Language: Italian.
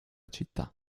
città